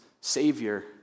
Savior